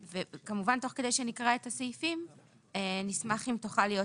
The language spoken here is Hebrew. כמובן תוך כדי שנקרא את הסעיפים נשמח אם תוכל להיות